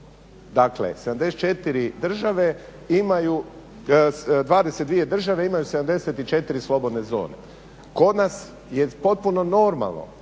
imaju, 22 države imaju 74 slobodne zone. Kod nas je potpuno normalno